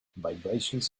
vibrations